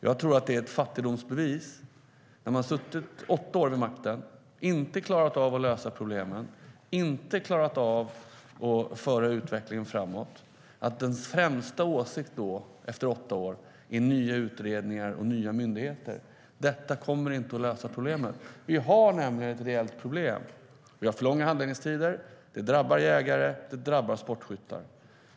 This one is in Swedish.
Jag tycker att det är ett fattigdomsbevis att man efter åtta år vid makten inte klarat av att lösa problemet, inte klarat av att föra utvecklingen framåt, och nu har som främsta förslag nya utredningar och nya myndigheter. Det kommer inte att lösa problemet. Vi har ett reellt problem. Vi har för långa handläggningstider. Det drabbar jägare. Det drabbar sportskyttar.